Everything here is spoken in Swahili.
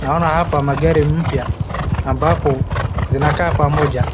Naona hapa magari mpya ambapo zinakaa pamoja,